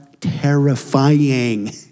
terrifying